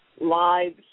lives